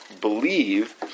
Believe